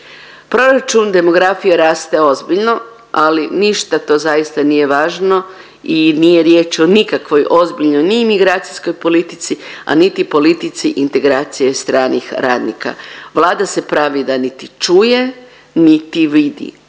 Proračun, demografija raste ozbiljno ali ništa to zaista nije važno i nije riječ o nikakvoj ozbiljnoj ni imigracijskoj politici, a niti politici integracije stranih radnika. Vlada se pravi da niti čuje, niti vidi,